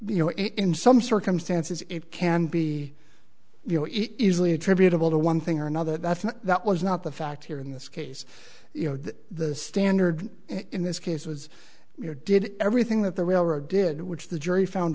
you know in some circumstances it can be you know easily attributable to one thing or another that's not that was not the fact here in this case you know that the standard in this case was your did everything that the railroad did which the jury found